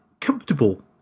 comfortable